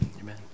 Amen